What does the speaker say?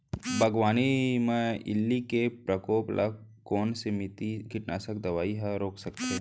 बागवानी म इल्ली के प्रकोप ल कोन सीमित कीटनाशक दवई ह रोक सकथे?